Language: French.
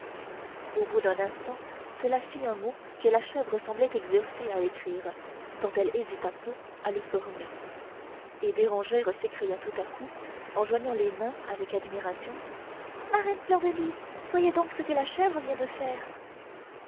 au bout d'un instant cela fit un mot que la chèvre semblait exercée à écrire tant elle hésita peu à le former et bérangère s'écria tout à coup en joignant les mains avec admiration marraine fleur de lys voyez donc ce que la chèvre vient de faire